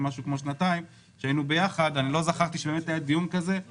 במשך כשנתיים שבאמת היה דיון על ההלוואות,